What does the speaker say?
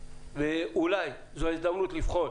ואולי זו ההזדמנות לבחון